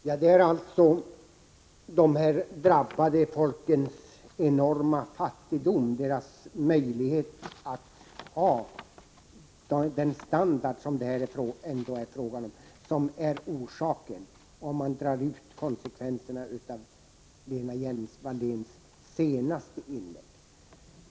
Herr talman! Det är alltså de drabbade folkens enorma fattigdom, deras små möjligheter att ha den standard som det här ändå är fråga om, som är orsaken. Det blir slutsatsen om man drar ut kontentan av Lena Hjelm Walléns senaste inlägg.